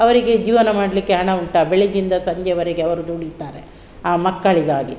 ಅವರಿಗೆ ಜೀವನ ಮಾಡಲಿಕ್ಕೆ ಹಣ ಉಂಟಾ ಬೆಳಗ್ಗಿಂದ ಸಂಜೆವರೆಗೆ ಅವರು ದುಡಿತಾರೆ ಆ ಮಕ್ಕಳಿಗಾಗಿ